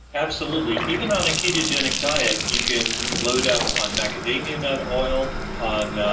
absolutely. even on a ketogenic diet, you can load up on macadamia nut oil, on